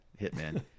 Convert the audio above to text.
Hitman